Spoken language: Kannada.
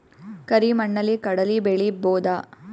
ಕರಿ ಮಣ್ಣಲಿ ಕಡಲಿ ಬೆಳಿ ಬೋದ?